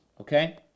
okay